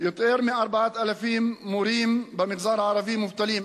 יותר מ-4,000 מורים במגזר הערבי מובטלים.